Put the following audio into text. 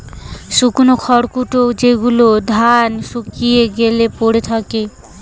শুকনো খড়কুটো যেগুলো ধান শুকিয়ে গ্যালে পড়ে থাকে